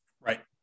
right